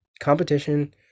competition